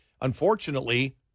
Unfortunately